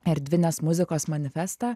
erdvinės muzikos manifestą